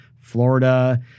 Florida